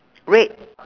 red